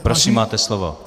Prosím, máte slovo.